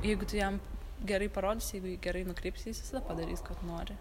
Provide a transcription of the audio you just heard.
jeigu tu jam gerai parodysi jeigu jį gerai nukreipsi jis visada padarys ko tu nori